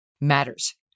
matters